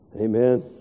Amen